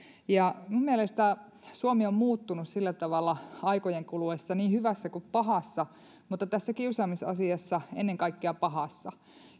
mielestäni suomi on muuttunut aikojen kuluessa niin hyvässä kuin pahassa mutta tässä kiusaamisasiassa ennen kaikkea pahassa